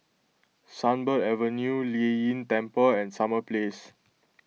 Sunbird Avenue Lei Yin Temple and Summer Place